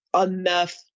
enough